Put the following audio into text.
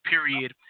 period